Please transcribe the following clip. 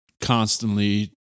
constantly